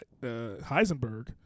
Heisenberg